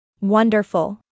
Wonderful